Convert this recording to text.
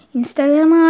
Instagram